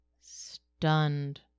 Stunned